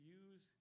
use